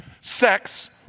sex